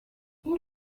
این